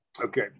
Okay